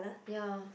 ya